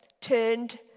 turned